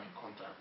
contact